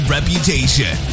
Reputation